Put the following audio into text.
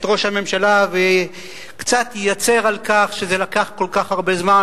ראש הממשלה וקצת יצר על כך שזה לקח כל כך הרבה זמן,